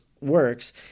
works